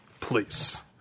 please